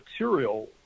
material